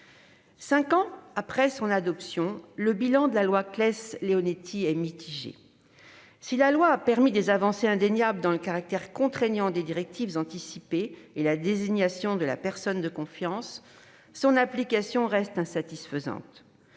Cinq ans après l'adoption de la loi Claeys-Leonetti, le bilan est mitigé. Si cette loi a permis des avancées indéniables grâce au caractère contraignant des directives anticipées et à la désignation de la personne de confiance, son application reste insatisfaisante.